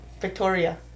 victoria